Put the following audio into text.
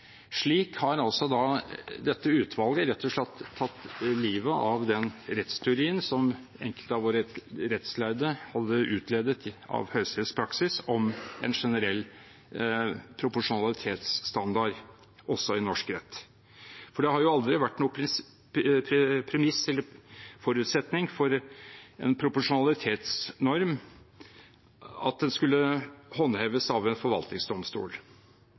Slik har altså dette utvalget rett og slett tatt livet av den rettsteorien som enkelte av våre rettslærde hadde utledet av Høyesteretts praksis om en generell proporsjonalitetsstandard, også i norsk rett. For det har aldri vært et premiss eller en forutsetning for en proporsjonalitetsnorm at den skulle håndheves av en forvaltningsdomstol.